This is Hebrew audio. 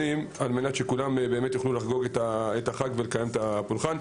על מנת שכולם יוכלו לחגוג את החג ולקיים את הפולחן.